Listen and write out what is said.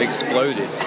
Exploded